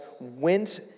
went